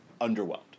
underwhelmed